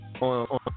on